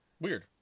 Weird